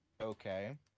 Okay